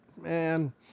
Man